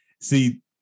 See